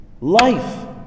Life